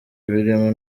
birimo